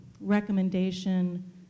recommendation